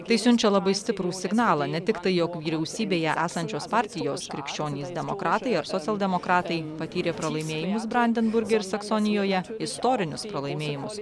tai siunčia labai stiprų signalą ne tik tai jog vyriausybėje esančios partijos krikščionys demokratai ar socialdemokratai patyrė pralaimėjimus brandenburge ir saksonijoje istorinius pralaimėjimus